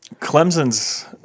Clemson's